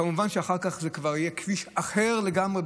כמובן שאחר כך זה כבר יהיה כביש אחר לגמרי,